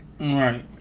Right